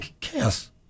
chaos